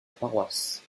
paroisse